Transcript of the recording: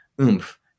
oomph